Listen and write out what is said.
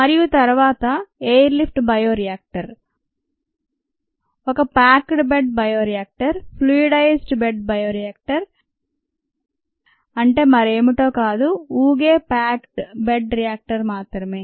మరియు తరువాత air lift bioreactor ఒక packed bed bioreactor fluidized bed bioreactor అంటే మరేమిటో కాదు ఊగే ప్యాక్డ్ బెడ్ రియాక్టర్ మాత్రమే